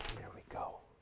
here we go.